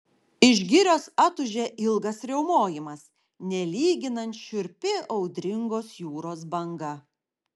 iš girios atūžė ilgas riaumojimas nelyginant šiurpi audringos jūros banga